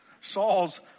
Saul's